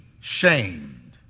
shamed